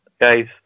guys